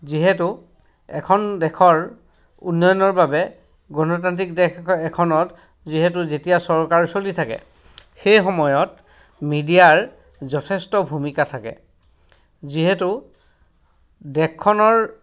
যিহেতু এখন দেশৰ উন্নয়নৰ বাবে গণতান্ত্ৰিক দেশ এখনত যিহেতু যেতিয়া চৰকাৰ চলি থাকে সেই সময়ত মিডিয়াৰ যথেষ্ট ভূমিকা থাকে যিহেতু দেশখনৰ